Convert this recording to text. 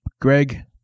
Greg